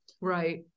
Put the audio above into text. Right